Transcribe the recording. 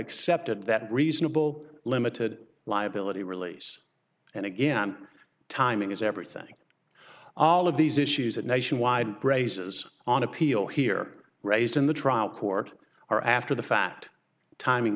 accepted that reasonable limited liability release and again timing is everything all of these issues that nationwide braces on appeal here raised in the trial court are after the fact timing